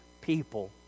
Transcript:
people